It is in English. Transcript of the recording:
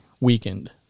weakened